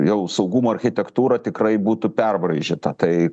jau saugumo architektūra tikrai būtų perbraižyta tai